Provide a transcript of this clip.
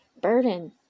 burden